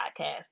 Podcast